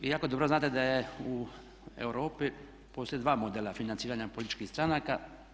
Vi jako dobro znate da je u Europi postoje dva modela financiranja političkih stranaka.